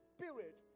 Spirit